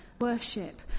worship